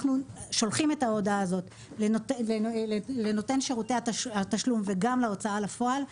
אנחנו שולחים את ההודעה הזאת לנותן שירותי התשלום וגם להוצאה לפועל,